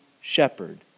shepherd